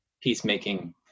peacemaking